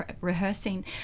rehearsing